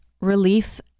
relief